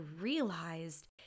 realized